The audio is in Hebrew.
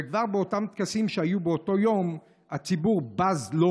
וכבר באותם טקסים שהיו באותו יום הציבור בז לו,